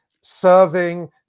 serving